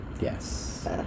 Yes